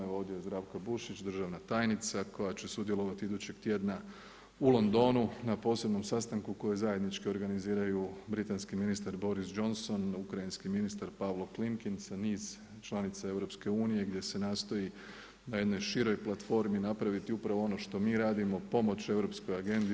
Evo ovdje je Zdravka Bušić, državna tajnica koja će sudjelovati idućeg tjedna u Londonu na posebnom sastanku kojeg zajednički organiziraju britanski ministar Boris Johnson, ukrajinski ministar Pavlo Klinkin sa niz članica EU, gdje se nastoji na jednoj široj platformi napraviti upravo ono što mi radimo pomoć europskoj AGENDA-i.